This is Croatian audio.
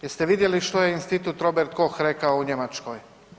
Jeste li vidjeli što je Institut Robert Koh rekao u Njemačkoj?